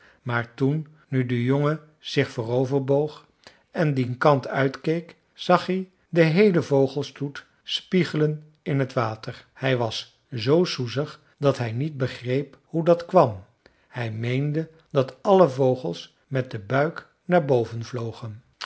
maar toen nu de jongen zich vooroverboog en dien kant uitkeek zag hij den heelen vogelstoet spiegelen in het water hij was zoo soezig dat hij niet begreep hoe dat kwam hij meende dat alle vogels met den buik naar boven vlogen